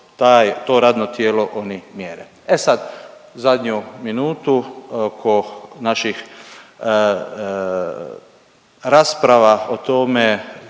to radno tijelo oni mjere. E sad zadnju minutu oko naših rasprava o tome